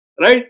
right